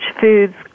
food's